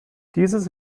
dieses